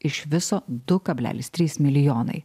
iš viso u kablelis trys milijonai